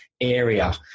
Area